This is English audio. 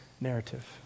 narrative